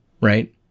right